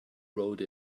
wrote